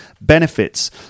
benefits